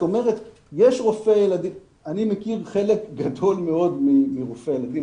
אני מכיר חלק גדול מאוד מרופאי הילדים,